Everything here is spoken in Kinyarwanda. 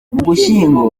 ugushyingo